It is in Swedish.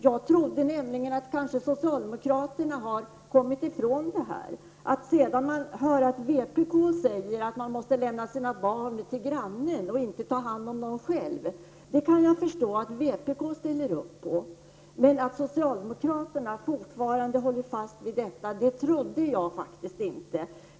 Jag trodde nämligen att socialdemokraterna kanske hade kommit ifrån detta. Jag kan förstå att vpk ställer upp på att man måste lämna sina barn till grannen och inte ta hand om dem själv. Men att socialdemokraterna fortfarande håller fast vid detta trodde jag inte.